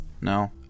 No